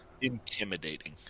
intimidating